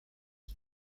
est